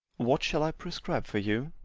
what shall i prescribe for you?